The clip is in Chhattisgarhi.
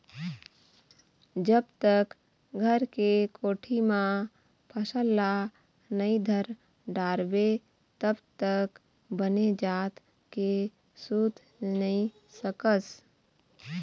जब तक घर के कोठी म फसल ल नइ धर डारबे तब तक बने जात के सूत नइ सकस